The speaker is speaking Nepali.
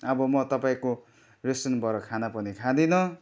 अब म तपाईँको रेस्टुरेन्टबाट खाना पनि खाँदिनँ